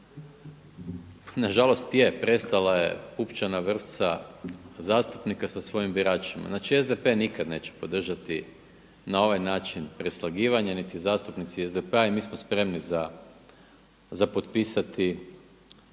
na žalost je prestala je pupčana vrpca zastupnika sa svojim biračima. Znači, SDP nikad neće podržati na ovaj način preslagivanje, niti zastupnici SDP-a i mi smo spremni za potpisati